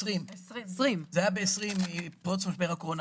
זה ב-2020, עם פרוץ משבר הקורונה.